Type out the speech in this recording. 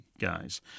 guys